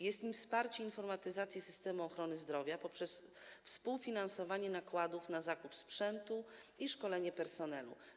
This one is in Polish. Jest nim wsparcie informatyzacji systemu ochrony zdrowia poprzez współfinansowanie nakładów na zakup sprzętu i szkolenie personelu.